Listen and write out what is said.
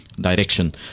direction